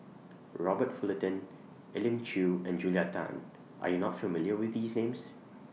Robert Fullerton Elim Chew and Julia Tan Are YOU not familiar with These Names